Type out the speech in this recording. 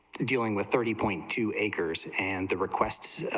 dealing with thirty point two acres and the requests